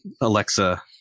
Alexa